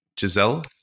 Giselle